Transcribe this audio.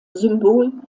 symbol